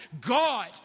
God